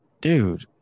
dude